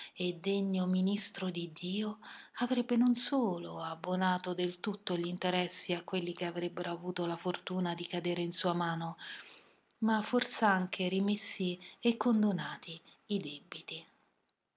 e degno ministro di dio avrebbe non solo abbonato del tutto gl'interessi a quelli che avrebbero avuto la fortuna di cadere in sua mano ma fors'anche rimessi e condonati i debiti